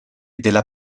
della